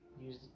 Use